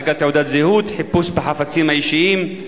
הצגת תעודת זהות, חיפוש בחפצים האישיים.